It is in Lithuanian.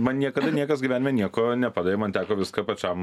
man niekada niekas gyvenime nieko nepadavė man teko viską pačiam